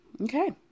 Okay